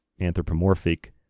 anthropomorphic